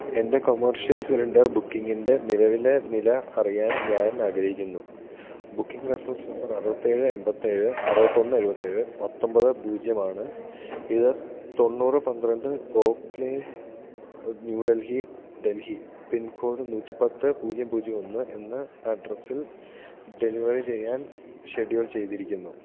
എൻ്റെ commercial cylinder ബുക്കിംഗിൻ്റെ നിലവിലെ നില അറിയാൻ ഞാൻ ആഗ്രഹിക്കുന്നു ബുക്കിംഗ് റഫറൻസ് നമ്പർ അറുപത്തേഴ് എൺപത്തേഴ് അറുപത്തൊന്ന് എഴുപത്തേഴ് പത്തൊൻപത് പൂജ്യമാണ് ഇത് തൊണ്ണൂറ് പന്ത്രണ്ട് oak lane new Delhi Delhi pincode നൂറ്റിപ്പത്ത് പൂജ്യം പൂജ്യം ഒന്ന് എന്ന അഡ്രസ്സിൽ ഡെലിവറി ചെയ്യാൻ ഷെഡ്യൂൾ ചെയ്തിരിക്കുന്നു